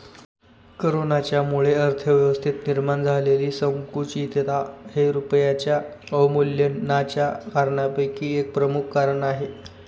कोरोनाच्यामुळे अर्थव्यवस्थेत निर्माण झालेली संकुचितता हे रुपयाच्या अवमूल्यनाच्या कारणांपैकी एक प्रमुख कारण आहे